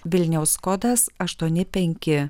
vilniaus kodas aštuoni penki